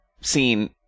scene